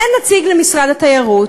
אין נציג למשרד התיירות,